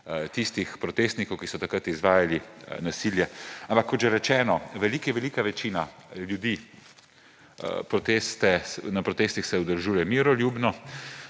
tistih protestnikov, ki so takrat izvajali nasilje. Ampak kot že rečeno. Velika velika večina ljudi se protestov se udeležuje miroljubno,